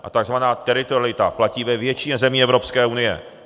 A tzv. teritorialita platí ve většině zemí Evropské unie.